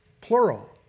plural